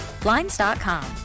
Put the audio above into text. blinds.com